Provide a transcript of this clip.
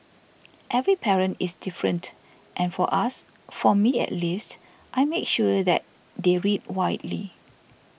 every parent is different and for us for me at least I make sure that they read widely